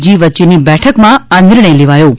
જી વચ્ચેની બેઠકમાં આ નિર્ણય લેવાયો હતો